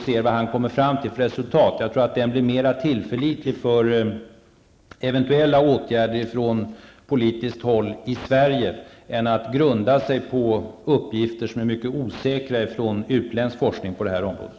Jag tror att det ger en större tillförlitlighet för eventuella åtgärder från politiskt håll i Sverige än om man tar som grund mycket osäkra uppgifter från utländsk forskning på det här området.